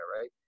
right